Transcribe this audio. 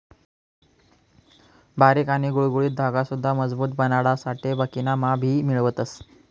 बारीक आणि गुळगुळीत धागा सुद्धा मजबूत बनाडासाठे बाकिना मा भी मिळवतस